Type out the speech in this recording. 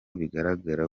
bizagaragara